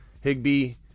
Higby